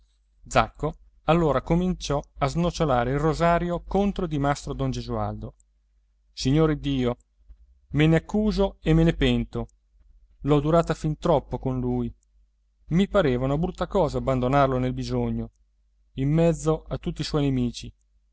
zacco allora cominciò a snocciolare il rosario contro di mastro don gesualdo signore iddio me ne accuso e me ne pento l'ho durata fin troppo con lui i pareva una brutta cosa abbandonarlo nel bisogno in mezzo a tutti i suoi nemici